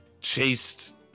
chased